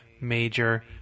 major